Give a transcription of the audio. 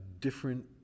different